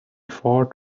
fought